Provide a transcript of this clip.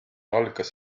algas